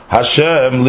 Hashem